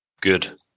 Good